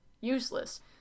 useless